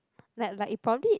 like like it probably